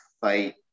fight